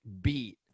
beat